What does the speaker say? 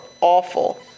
awful